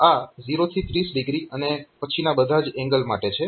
તો આ 0 થી 30o અને પછીના બધા જ એંગલ માટે છે